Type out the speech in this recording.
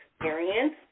experience